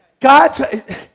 God